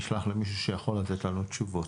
נשלח למישהו שיכול לתת לנו תשובות.